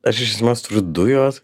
aš iš esmės turiu du juos